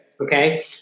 Okay